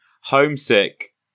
homesick